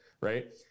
Right